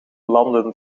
landen